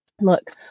look